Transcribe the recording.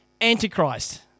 Antichrist